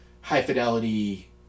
high-fidelity